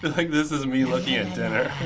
like this is me looking at dinner.